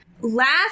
Last